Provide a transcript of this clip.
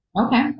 Okay